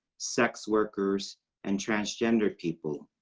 sex workers and transgender people.